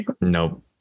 Nope